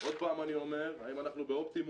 עוד פעם אני אומר, האם אנחנו באופטימום?